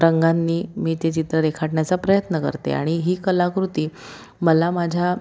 रंगांनी मी ते चित्र रेखाटण्याचा प्रयत्न करते आणि ही कलाकृती मला माझ्या